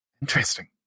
interesting